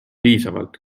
piisavalt